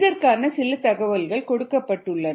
இதற்கான சில தகவல்கள் கொடுக்கப்பட்டுள்ளன